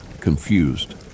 Confused